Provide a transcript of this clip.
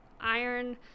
iron